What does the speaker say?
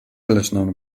little